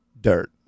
Dirt